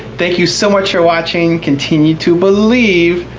thank you so much for watching, continue to believe,